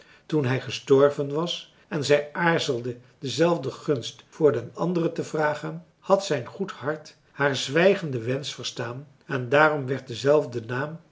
toen hij gestorven was en zij aarzelde dezelfde gunst voor den andere te vragen had zijn goed hart haar zwijgenden wensch verstaan en daarom werd dezelfde naam